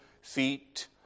feet